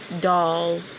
Doll